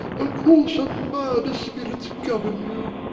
and cause some milder spirits govern you.